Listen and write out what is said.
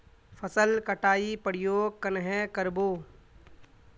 फसल कटाई प्रयोग कन्हे कर बो?